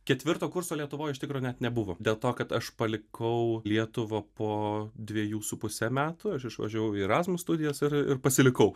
ketvirto kurso lietuvoj iš tikro net nebuvo dėl to kad aš palikau lietuvą po dvejų su puse metų aš išvažiavau į erasmus studijas ir ir pasilikau